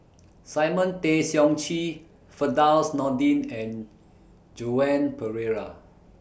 Simon Tay Seong Chee Firdaus Nordin and Joan Pereira